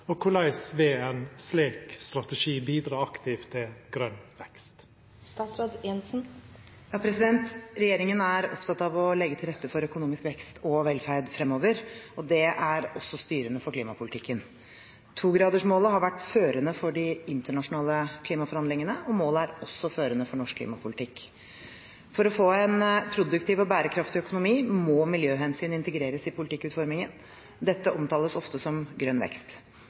og finansielle plasseringer, og hvordan vil en slik strategi bidra aktivt til grønn vekst?» Regjeringen er opptatt av å legge til rette for økonomisk vekst og velferd fremover. Det er også styrende for klimapolitikken. Togradersmålet har vært førende for de internasjonale klimaforhandlingene. Målet er også førende for norsk klimapolitikk. For å få en produktiv og bærekraftig økonomi må miljøhensyn integreres i politikkutformingen. Dette omtales ofte som grønn vekst.